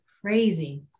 Crazy